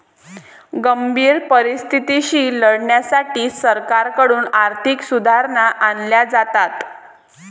गंभीर परिस्थितीशी लढण्यासाठी सरकारकडून आर्थिक सुधारणा आणल्या जातात